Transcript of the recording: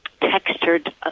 textured